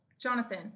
Jonathan